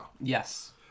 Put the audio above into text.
Yes